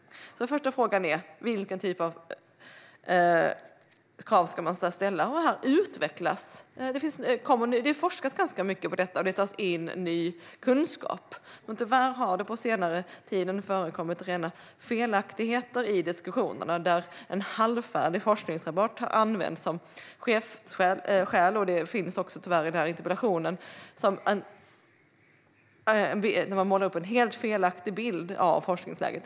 Den första frågan är alltså vilken typ av krav man ska ställa. Det forskas ganska mycket på detta, och det tas in ny kunskap. Tyvärr har det på senare tid förekommit rena felaktigheter i diskussionerna. En halvfärdig forskningsrapport har använts som huvudskäl. Detta är tyvärr fallet även i den här interpellationen. Man målar upp en helt felaktig bild av forskningsläget.